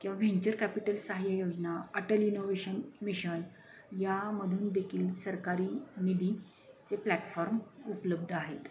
किंवा venture capital सहाय्य योजना अटल इनोव्हेशन मिशन यामधून देखील सरकारी निधीचे प्लॅटफॉर्म उपलब्ध आहेत